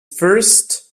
first